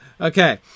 Okay